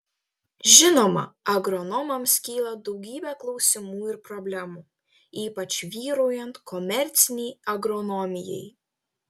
žinoma agronomams kyla daugybė klausimų ir problemų ypač vyraujant komercinei agronomijai